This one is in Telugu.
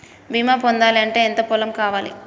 బీమా పొందాలి అంటే ఎంత పొలం కావాలి?